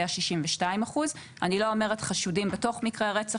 היה 62%. אני לא אומרת בתוך מקרי רצח